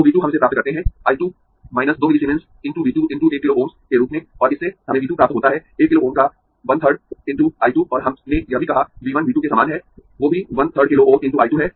तो V 2 हम इसे प्राप्त करते है I 2 2 millisiemens × V 2 × 1 kilo Ω s के रूप में और इससे हमें V 2 प्राप्त होता है एक किलो Ω का 1 3rd × I 2 और हमने यह भी कहा V 1 V 2 के समान है वो भी 1 3rd किलो Ω × I 2 है